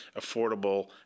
affordable